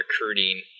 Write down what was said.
recruiting